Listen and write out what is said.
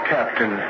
Captain